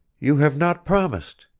you have not promised,